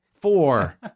four